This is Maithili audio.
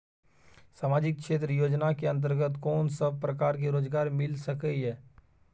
सामाजिक क्षेत्र योजना के अंतर्गत कोन सब प्रकार के रोजगार मिल सके ये?